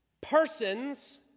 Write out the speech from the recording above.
persons